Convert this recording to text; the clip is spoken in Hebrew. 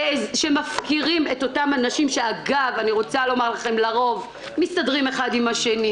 מפקירים את אותם אנשים שאגב לרוב מסתדרים אחד עם השני,